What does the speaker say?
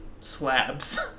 slabs